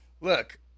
Look